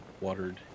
watered